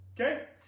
Okay